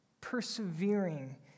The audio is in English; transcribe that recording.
persevering